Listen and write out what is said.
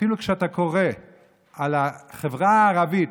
אפילו כשאתה קורא על החברה הערבית,